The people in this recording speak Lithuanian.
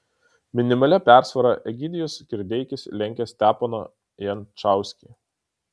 minimalia persvara egidijus kirdeikis lenkia steponą jančauskį